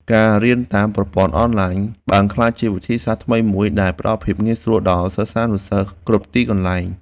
ការរៀនតាមប្រព័ន្ធអនឡាញបានក្លាយជាវិធីសាស្ត្រថ្មីមួយដែលផ្តល់ភាពងាយស្រួលដល់សិស្សានុសិស្សគ្រប់ទីកន្លែង។